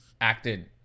acted